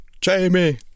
Jamie